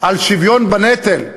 על שוויון בנטל,